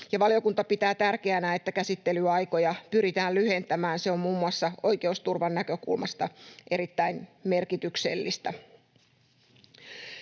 Valiokunta pitää tärkeänä, että käsittelyaikoja pyritään lyhentämään. Se on muun muassa oikeusturvan näkökulmasta erittäin merkityksellistä.